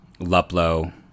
Luplo